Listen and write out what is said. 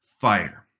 fire